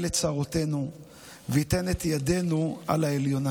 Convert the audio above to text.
לצרותינו וייתן את ידנו על העליונה.